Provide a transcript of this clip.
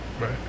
Right